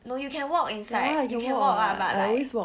no you can walk inside you can walk ah but like